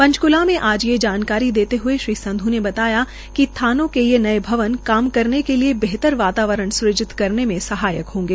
पंचक्ला में आज ये जानकारी देते हए श्री संध् ने बताया कि थानों के ये नए भवन काम करने के लिए बेहतर वातावरण सुजित करने में सहायक होंगे